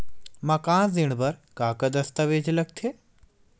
मकान ऋण बर का का दस्तावेज लगथे?